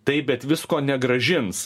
taip bet visko negrąžins